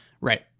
right